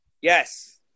Yes